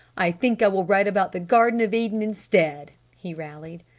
i think i will write about the garden of eden instead! he rallied.